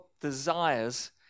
desires